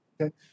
Okay